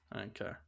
okay